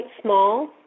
small